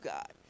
God